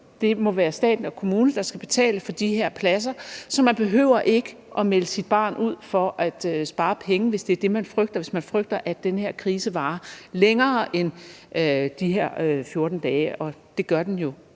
Det må være staten og kommunerne, der skal betale for de her pladser, så man behøver ikke at melde sit barn ud for at spare penge, hvis det er det, man frygter; hvis man frygter, at den her krise varer længere end de her 14 dage, og det gør den jo